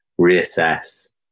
reassess